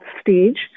stage